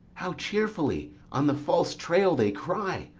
how cheerfully on the false trail they cry!